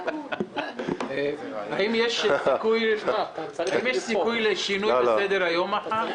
אדוני, האם יש סיכוי לשינוי בסדר-היום מחר?